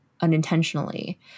unintentionally